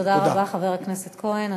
תודה רבה, חבר הכנסת כהן.